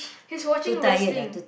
he's watching wrestling